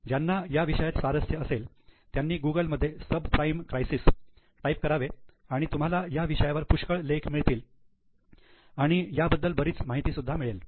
ज्यांना या विषयात स्वारस्य असेल त्यांनी गुगलमध्ये 'सबप्राईम क्राईसेस ' टाईप करावे आणि तुम्हाला या विषयावर पुष्कळ लेख मिळतील आणि तुम्हाला याबद्दल बरीच माहिती मिळेल